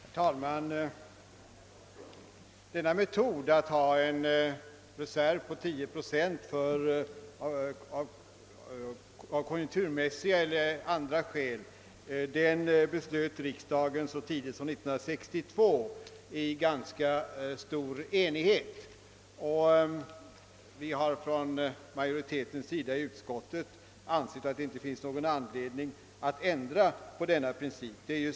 Herr talman! Denna metod att ha en reserv på 10 procent av konjunkturmässiga eller andra skäl beslöt riksdagen så tidigt som år 1962 i enighet. Majoriteten i utskottet har ansett att det inte finns någon anledning att ändra denna princip.